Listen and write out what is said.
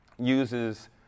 uses